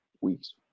weeks